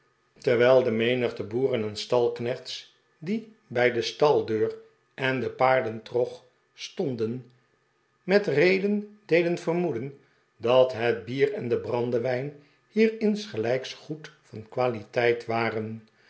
terwijl de menigte boeren en stalknechts die bij de staldeur en den paardentrog stonden met reden deden vermoeden dat het bier en de brandewijn hier insgelijks goed van kwaliteit waren